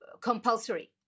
compulsory